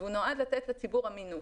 והוא נועד לתת לציבור אמינות.